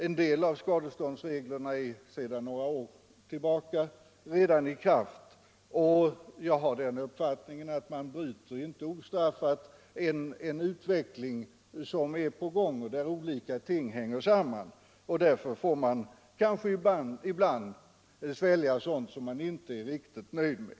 En del av skadeståndsreglerna är redan i kraft sedan några år tillbaka, och jag har den uppfattningen att man inte ostraffat bryter en utveckling som är på gång och där olika ting hänger samman. Därför får man kanske ibland svälja även sådant som man inte är riktigt nöjd med.